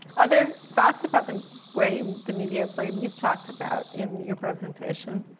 other thoughts about the way the media played and you've talked about in your presentation.